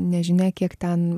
nežinia kiek ten